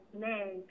man